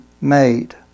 made